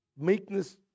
Meekness